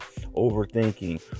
overthinking